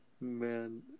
Man